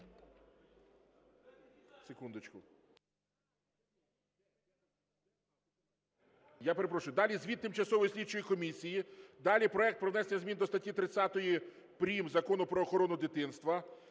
далі звіт тимчасової слідчої комісії. Далі проект про внесення змін до статті 30 прим. Закону про охорону дитинства.